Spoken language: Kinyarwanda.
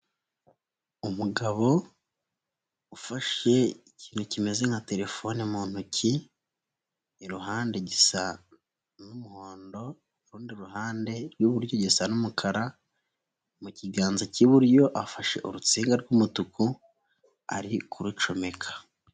Umugabo ufashe ikintu kimeze nka telefone mu ntoki iruhande gisa n'umuhondo, ku rundi ruhande rw'iburyo gisa n'umukara, mu kiganza cy'iburyo afashe urutsinga rw'umutuku ari kurucomeka.